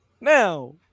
Now